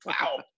Wow